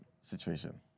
situation